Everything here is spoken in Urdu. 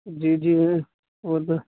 جی جی وہ تو